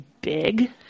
big